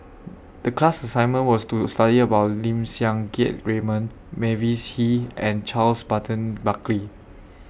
The class assignment was to study about Lim Siang Keat Raymond Mavis Hee and Charles Burton Buckley